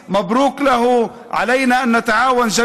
ראשי הרשויות, ומזל טוב להם.